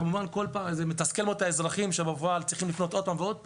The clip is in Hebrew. זה כמובן מתסכל מאוד את האזרחים שבפועל צריכים לפנות עוד פעם ועוד פעם.